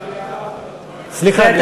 סליחה, גברתי.